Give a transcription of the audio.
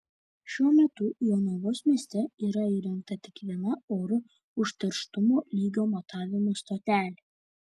šiuo metu jonavos mieste yra įrengta tik viena oro užterštumo lygio matavimo stotelė